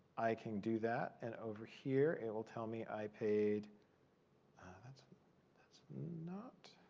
i can do that. and over here, it will tell me i paid ah, that's that's not